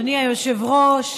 אדוני היושב-ראש,